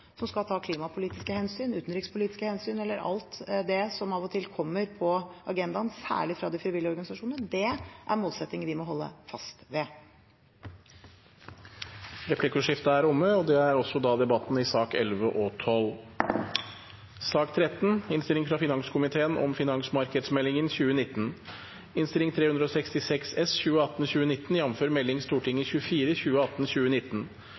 som skal ta klimapolitiske hensyn, utenrikspolitiske hensyn eller alt det som av og til kommer på agendaen, særlig fra de frivillige organisasjonene. Det er målsettingen vi må holde fast ved. Replikkordskiftet er omme. Flere har ikke bedt om ordet til sakene nr. 11 og 12. Etter ønske fra finanskomiteen